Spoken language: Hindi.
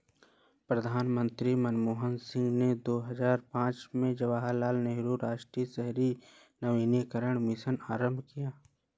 प्रधानमंत्री मनमोहन सिंह ने दो हजार पांच में जवाहरलाल नेहरू राष्ट्रीय शहरी नवीकरण मिशन आरंभ किया